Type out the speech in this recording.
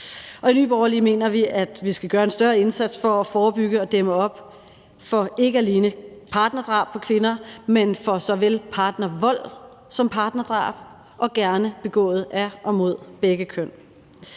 I Nye Borgerlige mener vi, vi skal gøre en større indsats for at forebygge og dæmme op for ikke alene partnerdrab på kvinder, men for såvel partnervold som partnerdrab, begået af og mod begge køn.